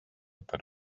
per